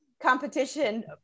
competition